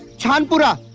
chaanpura.